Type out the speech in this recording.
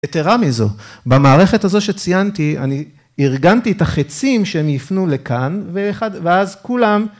יתרה מזו, במערכת הזו שציינתי, אני ארגנתי את החצים שהם יפנו לכאן ואז כולם...